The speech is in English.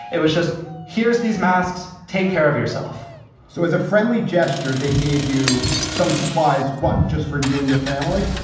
it was just here's these masks. take care of yourself so as a friendly gesture, they gave you some supplies. what? just for you and your family?